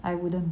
I wouldn't